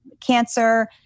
cancer